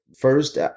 first